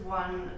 one